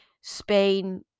Spain